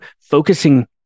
focusing